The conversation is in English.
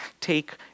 take